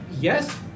Yes